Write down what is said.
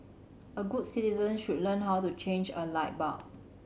all good citizens should learn how to change a light bulb